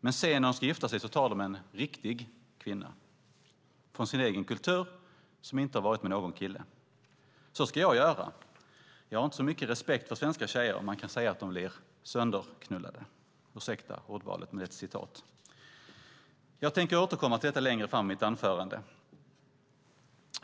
Men sen när de ska gifta sig tar de en riktig kvinna från sin egen kultur som inte har varit med någon kille. Så ska jag göra. Jag har inte så mycket respekt för svenska tjejer. Man kan säga att de blir sönderknullade." Ursäkta ordvalet, men det är ju ett citat. Jag tänker återkomma till detta längre fram i mitt anförande.